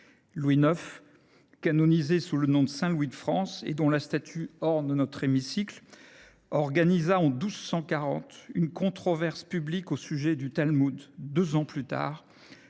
Louis IX, canonisé sous le nom de Saint Louis de France, et dont la statue orne notre hémicycle, organisa en 1240 une controverse publique au sujet du Talmud. Deux ans plus tard,